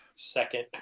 second